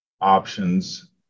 options